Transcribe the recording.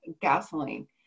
gasoline